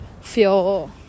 feel